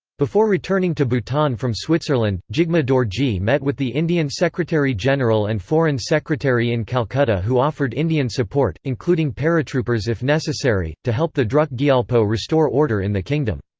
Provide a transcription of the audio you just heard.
before returning to bhutan from switzerland, jigme dorji met with the indian secretary general and foreign secretary in calcutta who offered indian support, including paratroopers if necessary, to help the druk gyalpo restore order in the kingdom.